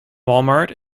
walmart